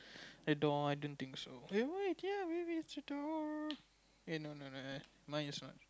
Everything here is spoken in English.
the door I don't think so eh why ya maybe it's the door eh no no no no mine is not